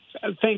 thank